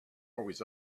always